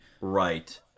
Right